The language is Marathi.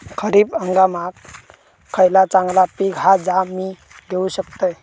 खरीप हंगामाक खयला चांगला पीक हा जा मी घेऊ शकतय?